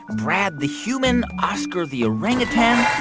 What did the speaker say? brad the human, oscar the orangutan,